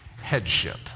headship